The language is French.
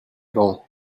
grands